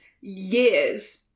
years